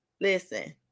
listen